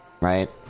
Right